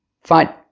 Fine